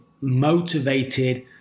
motivated